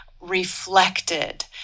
reflected